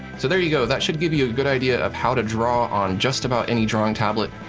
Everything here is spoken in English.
so there you go. that should give you a good idea of how to draw on just about any drawing tablet.